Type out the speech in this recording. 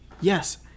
yes